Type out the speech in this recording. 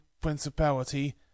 principality